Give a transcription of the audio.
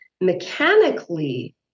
mechanically